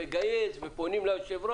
ומגייסים ופונים ליושב ראש.